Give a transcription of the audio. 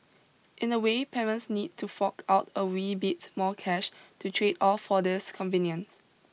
in a way parents need to fork out a wee bits more cash to trade off for this convenience